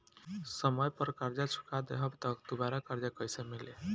समय पर कर्जा चुका दहम त दुबाराकर्जा कइसे मिली?